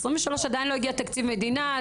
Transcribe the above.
עדיין לא הגיע תקציב מדינה.